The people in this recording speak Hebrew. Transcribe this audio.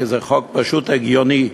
כי זה חוק פשוט הגיוני.